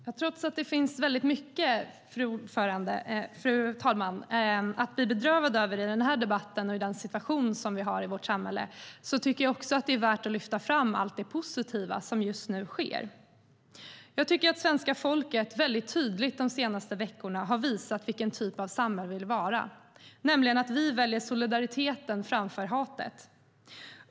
Fru talman! Trots att det finns mycket att bli bedrövad över i debatten och med den situation som råder i vårt samhälle, är det också värt att lyfta fram allt det positiva som just nu sker. Jag tycker att svenska folket mycket tydligt de senaste veckorna har visat vilken typ av samhälle vi vill ha. Vi väljer solidariteten framför hatet.